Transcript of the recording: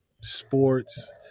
sports